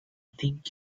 think